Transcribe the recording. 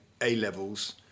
A-levels